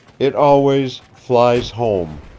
it always flies home.